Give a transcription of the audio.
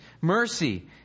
mercy